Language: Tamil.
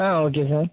ah okay sir